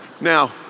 Now